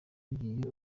ugiye